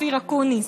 אופיר אקוניס.